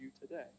today